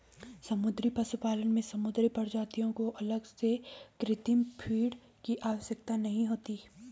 समुद्री पशुपालन में समुद्री प्रजातियों को अलग से कृत्रिम फ़ीड की आवश्यकता नहीं होती